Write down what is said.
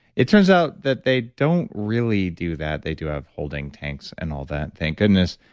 it turns out that they don't really do that, they do have holding tanks and all that, thank goodness.